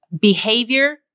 behavior